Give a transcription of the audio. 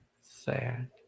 sad